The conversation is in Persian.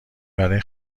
برای